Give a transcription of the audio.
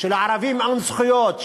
שלערבים אין זכויות,